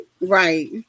right